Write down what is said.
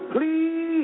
Please